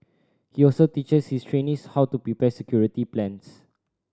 he also teaches his trainees how to prepare security plans